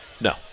No